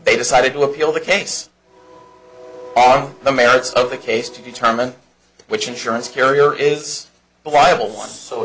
they decided to appeal the case on the merits of the case to determine which insurance carrier is the bible once so